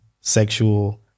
sexual